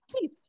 please